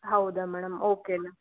ಹೌದಾ madam okay ma'am